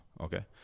Okay